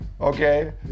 Okay